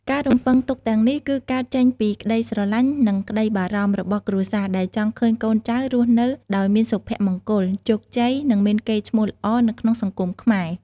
ការរំពឹងទុកទាំងនេះគឺកើតចេញពី ក្តីស្រឡាញ់ និងក្តីបារម្ភ របស់គ្រួសារ ដែលចង់ឃើញកូនចៅរស់នៅដោយមានសុភមង្គល ជោគជ័យ និងមានកេរ្តិ៍ឈ្មោះល្អនៅក្នុងសង្គមខ្មែរ។